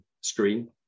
screen